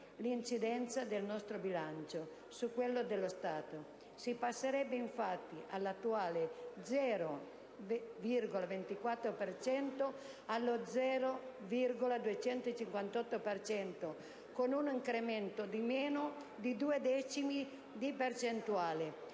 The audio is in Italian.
l'incidenza del nostro bilancio su quello dello Stato. Si passerebbe, infatti, dall'attuale 0,24 per cento allo 0,258 per cento, con un incremento di meno di due decimi di percentuale.